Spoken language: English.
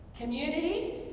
community